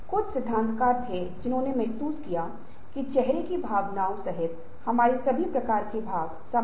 और अन्य जो परिवर्तन को अपनाया है वे हमारे आगे प्रगति करेंगे